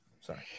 Sorry